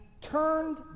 turned